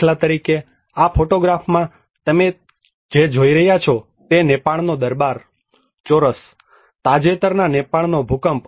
દાખલા તરીકે આ ફોટોગ્રાફમાં તમે જે જોઈ રહ્યા છો તે છે નેપાળનો દરબાર ચોરસ તાજેતરના નેપાળનો ભૂકંપ